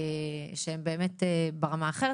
שהם באמת ברמה האחרת.